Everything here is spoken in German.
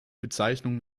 bezeichnung